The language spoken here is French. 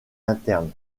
interne